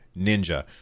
ninja